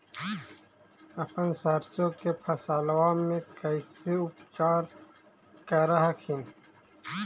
अपन सरसो के फसल्बा मे कैसे उपचार कर हखिन?